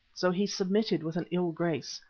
so he submitted with an ill grace,